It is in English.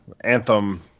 Anthem